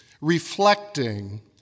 reflecting